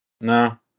No